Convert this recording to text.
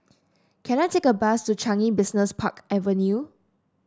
can I take a bus to Changi Business Park Avenue